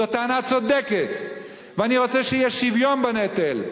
זו טענה צודקת, ואני רוצה שיהיה שוויון בנטל.